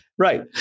Right